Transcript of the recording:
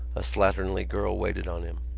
a slatternly girl waited on him.